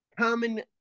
common